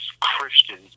Christians